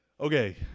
Okay